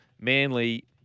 Manly